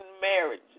marriage